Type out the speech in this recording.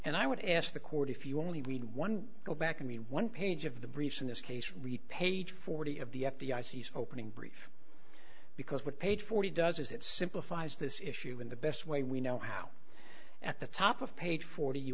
and i would ask the court if you only read one go back and read one page of the briefs in this case re page forty of the f b i cease opening brief because what page forty does is it simplifies this issue in the best way we know how at the top of page forty you